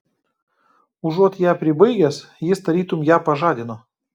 užuot ją pribaigęs jis tarytum ją pažadino